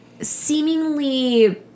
seemingly